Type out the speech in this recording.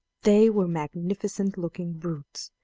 they were magnificent-looking brutes,